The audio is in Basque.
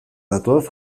datoz